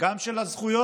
גם של הזכויות